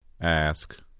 Ask